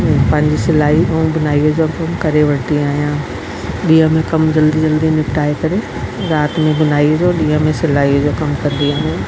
पंहिंजी सिलाई ऐं बुनाईअ जो कमु करे वठंदी आहियां ॾींहं में कमु जल्दी जल्दी करे निपिटाए करे राति में बुनाईअ जो ॾींहं में सिलाईअ जो कमु कंदी आहियां